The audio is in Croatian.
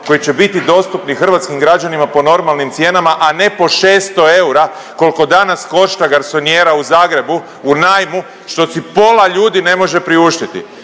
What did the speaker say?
koji će biti dostupni hrvatskim građanima po normalnim cijenama, a ne po 600 eura koliko danas košta garsonijera u Zagrebu u najmu, što si pola ljudi ne može priuštiti.